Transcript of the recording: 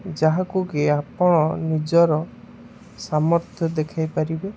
ଯାହାକୁ କି ଆପଣ ନିଜର ସାମର୍ଥ୍ୟ ଦେଖେଇପାରିବେ